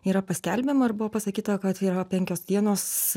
yra paskelbiama ir buvo pasakyta kad yra penkios dienos